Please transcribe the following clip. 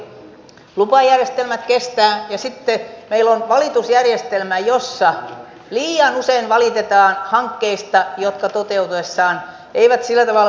nyt vain valitettavasti lupajärjestelmät kestävät ja sitten meillä on valitusjärjestelmä jossa liian usein valitetaan hankkeista jotka toteutuessaan eivät sillä tavalla uhkaa luontoa